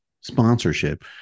sponsorship